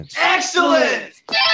excellent